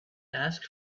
ask